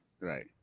Right